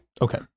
Okay